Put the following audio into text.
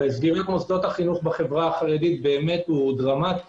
וסגירת מוסדות החינוך בחברה החרדית הוא דרמטי